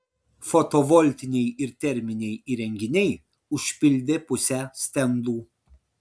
fotovoltiniai ir terminiai įrenginiai užpildė pusę stendų